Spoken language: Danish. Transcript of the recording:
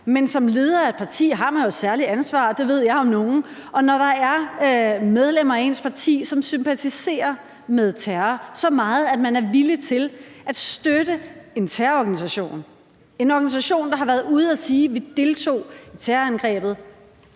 jeg om nogen, og kan man som politisk leder, når der er medlemmer af ens parti, som sympatiserer så meget med terror, at man er villig til at støtte en terrororganisation, en organisation, der har været ude at sige, at de deltog i terrorangrebet